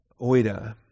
Oida